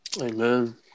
amen